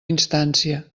instància